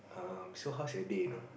um so hows your day know